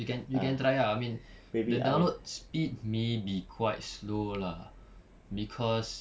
you can you can try ah I mean the downloads speed may be quite slow lah cause